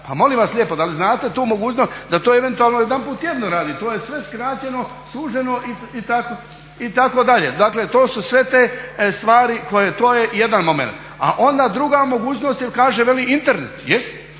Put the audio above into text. Pa molim vas lijepo, da li znate tu mogućnost da to eventualno jedanput tjedno radi? To je sve skraćeno, suženo itd. Dakle, to su sve te stvari. To je jedan momenat. A onda druga mogućnost kaže veli Internet. Jest,